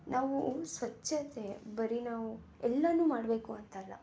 ನಾವೂ ಸ್ವಚ್ಛತೆ ಬರೀ ನಾವು ಎಲ್ಲ ಮಾಡಬೇಕು ಅಂತ ಅಲ್ಲ